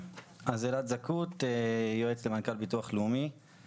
אלעד זכות, יועץ למנכ"ל ביטוח לאומי.